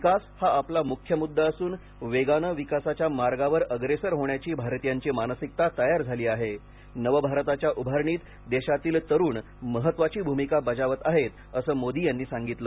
विकास हा आपला मुख्य मुद्दा असून वेगाने विकासाच्या मार्गावर अग्रेसर होण्याची भारतीयांची मानसिकता तयार झाली आहे नवभारताच्या उभारणीत देशातील तरुण महत्वाची भूमिका बजावत आहेत असं मोदी यांनी सांगितलं